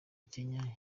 kenya